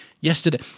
yesterday